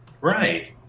Right